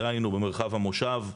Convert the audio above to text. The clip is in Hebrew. דהיינו במרחב המושב.